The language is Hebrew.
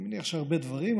אני מניח שהרבה דברים,